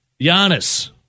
Giannis